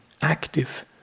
active